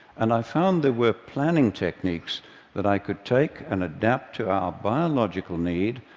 and i found there were planning techniques that i could take and adapt to our biological need,